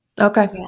Okay